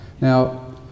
now